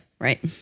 Right